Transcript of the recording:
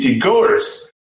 goers